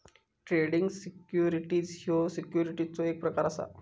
trading securities ह्यो सिक्युरिटीजचो एक प्रकार असा